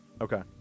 okay